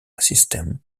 system